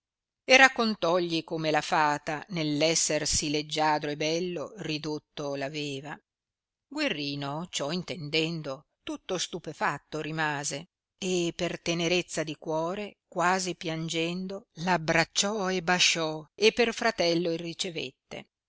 e raccontogli come la fata nell esser sì leggiadro e bello ridotto l aveva guerrino ciò intendendo tutto stupefatto rimase e per tenerezza di cuore quasi piangendo l abbracciò e basciò e per fratello il ricevette